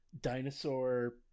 dinosaur